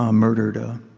um murdered a